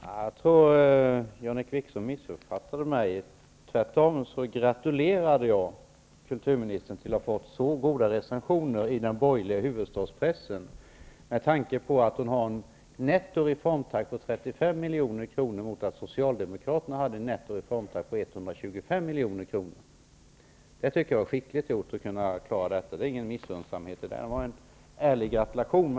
Herr talman! Jag tror att Jan-Erik Wikström missuppfattade mig. Tvärtom gratulerade jag kulturministern till att ha fått så goda recensioner i den borgerliga huvudstadspressen med tanke på att hon har en reformtakt på 35 milj.kr. netto, medan milj.kr. netto. Det tycker jag var skickligt att klara. Det finns ingen missunnsamhet från min sida i detta sammanhang. Det var en ärlig gratulation.